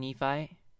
Nephi